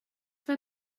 mae